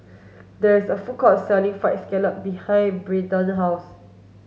there is a food court selling fried scallop behind Brayden's house